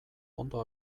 ondo